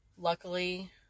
Luckily